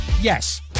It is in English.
Yes